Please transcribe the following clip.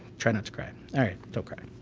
try not to cry, alright don't cry.